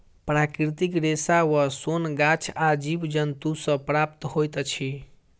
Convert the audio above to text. प्राकृतिक रेशा वा सोन गाछ आ जीव जन्तु सॅ प्राप्त होइत अछि